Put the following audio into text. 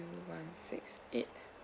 one six eight